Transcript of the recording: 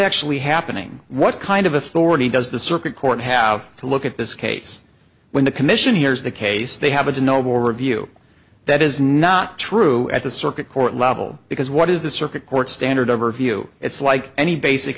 actually happening what kind of authority does the circuit court have to look at this case when the commission hears the case they have a noble review that is not true at the circuit court level because what is the circuit court standard overview it's like any basic